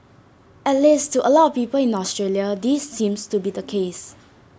at least to A lot of people in Australia this seems to be the case